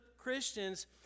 Christians